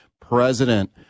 president